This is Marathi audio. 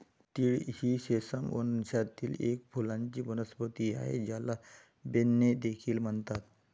तीळ ही सेसमम वंशातील एक फुलांची वनस्पती आहे, ज्याला बेन्ने देखील म्हणतात